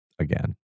again